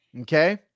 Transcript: Okay